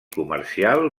comercial